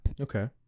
Okay